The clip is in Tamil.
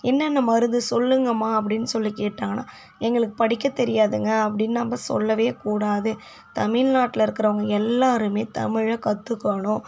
என்னென்ன மருந்து சொல்லுங்கம்மா அப்படினு சொல்லி கேட்டாங்கனா எங்களுக்கு படிக்க தெரியாதுங்க அப்படினு நாம் சொல்ல கூடாது தமிழ்நாட்டில் இருக்கிறவங்க எல்லோருமே தமிழை கற்றுக்கணும்